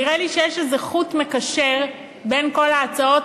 נראה לי שיש איזה חוט מקשר בין כל ההצעות